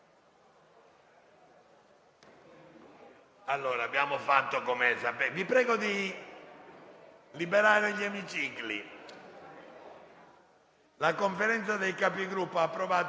La Conferenza dei Capigruppo ha approvato modifiche al calendario corrente e il calendario dei lavori fino al 9 marzo. In relazione all'*iter* in Commissione del decreto-legge recante ulteriori